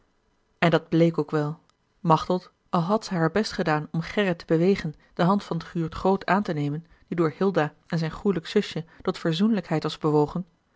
en dat bleek ook wel machteld al had zij haar best gedaan om gerrit te bewegen de hand van guurt groot aan te nemen die door hilda en zijn goêlijk zusje tot verzoenlijkheid was bewogen